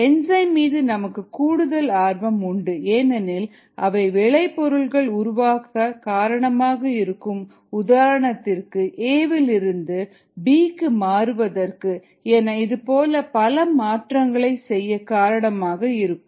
enzyme மீது நமக்கு கூடுதல் ஆர்வம் உண்டு ஏனெனில் அவை விளைபொருள்கள் உருவாக காரணமாக இருக்கும் உதாரணத்திற்கு ஏ விலிருந்து பி க்கு மாற்றுவதற்கு என இது போல பல மாற்றங்களை செய்ய காரணமாக இருக்கும்